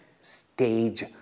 stage